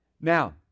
Now